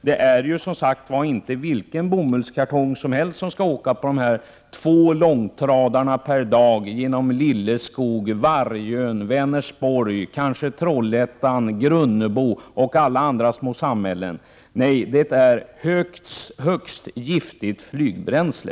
Det är ju som sagt inte vilken bomullskartong som helst som skall åka på de två långtradarna per dag genom Lilleskog, Vargön, Vänersborg, kanske Trollhättan, Grunnebo och alla andra små samhällen. Nej, det är högst giftigt flygbränsle!